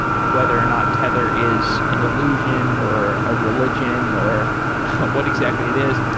whether or not tether is an illusion or a religion or what exactly it is.